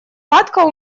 кадка